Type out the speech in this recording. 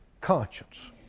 conscience